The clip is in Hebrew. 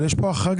יש כאן החרגה.